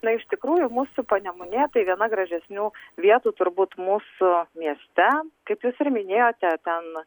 na iš tikrųjų mūsų panemunė tai viena gražesnių vietų turbūt mūsų mieste kaip jūs ir minėjote ten